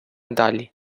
далі